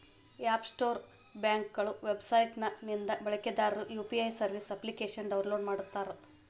app Store ಬ್ಯಾಂಕ್ಗಳ website ನಿಂದ ಬಳಕೆದಾರರು ಯು.ಪಿ.ಐ ಸರ್ವಿಸ್ ಅಪ್ಲಿಕೇಶನ್ನ ಡೌನ್ಲೋಡ್ ಮಾಡುತ್ತಾರೆ